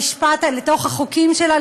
לתוך החוקים שלה,